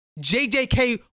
JJK